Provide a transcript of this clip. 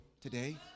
today